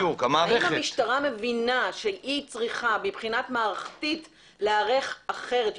האם היא מבינה שהיא צריכה מבחינה מערכתית להיערך אחרת?